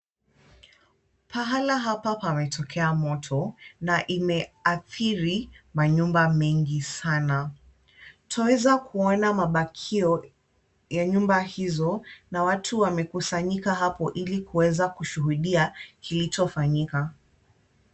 Pahala hapa pametokea moto na imeathiri manyumba mengi sana. Twaweza kuona mabakio ya nyumba hizo na watu wamekusanyika hapo ili kuweza kushuhudia kilichofanyika.